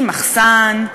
עם מחסן,